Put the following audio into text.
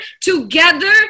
together